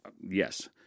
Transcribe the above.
Yes